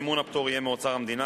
מימון הפטור יהיה מאוצר המדינה,